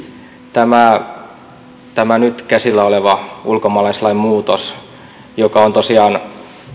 tämä tämä nyt käsillä oleva ulkomaalaislain muutos joka on tosiaan